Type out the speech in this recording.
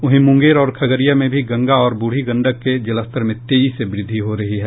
वहीं मुंगेर और खगड़िया में भी गंगा और ब्रढ़ी गंडक के जलस्तर में तेजी से वृद्धि हो रही है